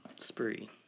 spree